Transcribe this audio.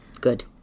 Good